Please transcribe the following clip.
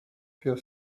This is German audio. für